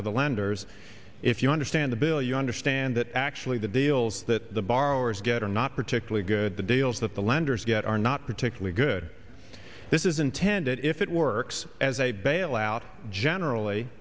for the lenders if you understand the bill you understand that actually the deals that the borrowers get are not particularly good the deals that the lenders get are not particularly good this is intended if it works as a bailout generally